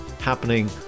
happening